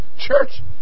Church